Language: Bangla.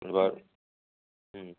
এবার হুম